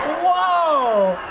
whoa!